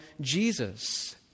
Jesus